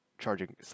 charging